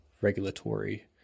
regulatory